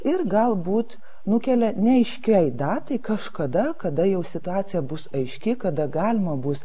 ir galbūt nukelia neaiškiai datai kažkada kada jau situacija bus aiški kada galima bus